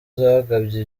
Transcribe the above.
yagabye